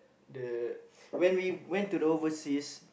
the when we went to the overseas